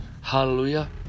Hallelujah